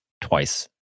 twice